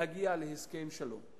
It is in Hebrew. להגיע להסכם שלום.